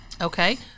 Okay